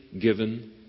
given